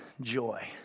joy